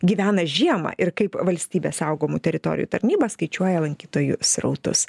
gyvena žiemą ir kaip valstybės saugomų teritorijų tarnyba skaičiuoja lankytojų srautus